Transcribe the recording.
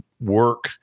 work